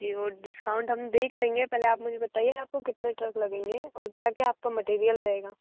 जी वो डिस्काउंट हम देख लेंगे पहले आप मुझे बताइए आप को कितने ट्रक लगेंगे और क्या क्या आप का मटेरियल रहेगा